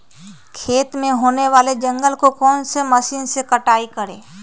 खेत में होने वाले जंगल को कौन से मशीन से कटाई करें?